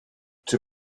czy